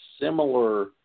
similar